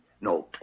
No